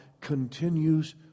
continues